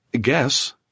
guess